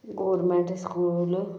government school